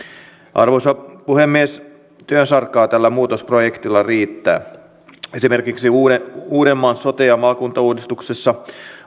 arvoisa puhemies työsarkaa tässä muutosprojektissa riittää esimerkiksi uudenmaan uudenmaan sote ja maakuntauudistuksessa